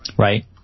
Right